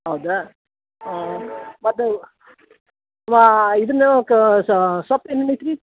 ಹೌದಾ ಮತ್ತು ಇದನ್ನ ಸೊಪ್ಪು ಏನೇನು ಐತ್ರಿ